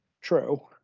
True